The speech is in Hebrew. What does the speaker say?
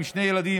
עם שני ילדים,